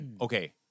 okay